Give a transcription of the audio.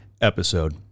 episode